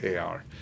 AR